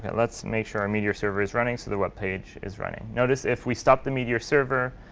and let's make sure our meteor server is running so the web page is running. notice if we stop the meteor server,